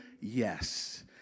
yes